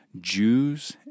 Jews